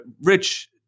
rich